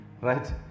right